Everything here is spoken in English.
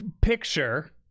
picture